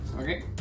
Okay